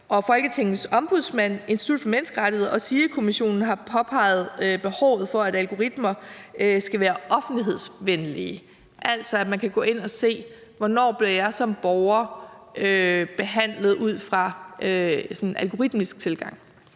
Folketingets Ombudsmand, Institut for Menneskerettigheder og SIRI-kommissionen har påpeget behovet for, at algoritmer skal være offentlighedsvenlige, altså at man kan gå ind og se: Hvornår bliver jeg som borger behandlet ud fra en sådan algoritmisk tilgang?